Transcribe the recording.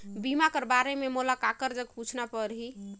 बीमा कर बारे मे मोला ककर जग पूछना परही?